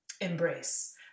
embrace